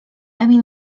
emil